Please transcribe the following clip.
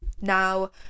Now